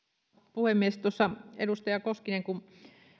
puhemies edustaja koskinen